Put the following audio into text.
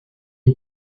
une